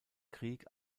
krieg